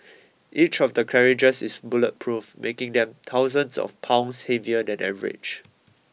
each of the carriages is bulletproof making them thousands of pounds heavier than average